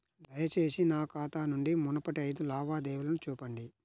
దయచేసి నా ఖాతా నుండి మునుపటి ఐదు లావాదేవీలను చూపండి